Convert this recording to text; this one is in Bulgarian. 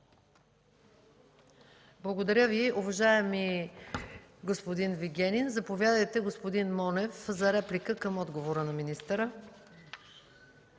Благодаря Ви, уважаеми господин Вигенин. Заповядайте, господин Монев, за реплика към отговора на министъра.